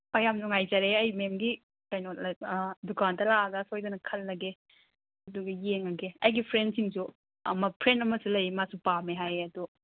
ꯍꯣꯏ ꯑꯩ ꯌꯥꯝ ꯅꯨꯡꯉꯥꯏꯖꯔꯦ ꯑꯩ ꯃꯦꯝꯒꯤ ꯀꯩꯅꯣ ꯗꯨꯀꯥꯟꯗ ꯂꯥꯛꯑꯒ ꯁꯣꯏꯗꯅ ꯈꯜꯂꯒꯦ ꯑꯗꯨꯒ ꯌꯦꯡꯉꯒꯦ ꯑꯩꯒꯤ ꯐ꯭ꯔꯦꯟꯁꯤꯡꯁꯨ ꯑꯃ ꯐ꯭ꯔꯦꯟ ꯑꯃꯁꯨ ꯂꯩ ꯃꯥꯁꯨ ꯄꯥꯝꯃꯦ ꯍꯥꯏꯌꯦ ꯑꯗꯣ